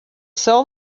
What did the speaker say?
sell